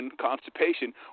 constipation